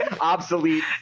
obsolete